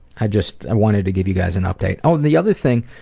i just and wanted to give you guys an update. oh and the other thing,